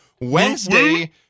Wednesday